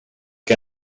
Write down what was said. que